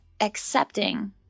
accepting